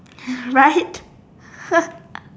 right